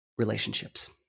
relationships